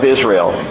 Israel